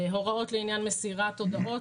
הוראות לעניין מסירת הודעות,